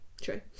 true